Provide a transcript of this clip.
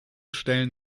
stellen